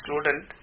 student